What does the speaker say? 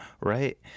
right